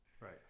right